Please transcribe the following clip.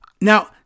Now